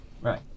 Right